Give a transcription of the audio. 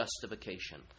justification